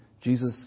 Jesus